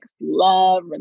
love